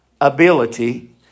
ability